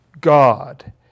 God